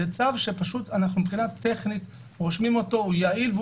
זה צו יעיל מבחינה טכנית והוא עובד.